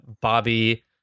Bobby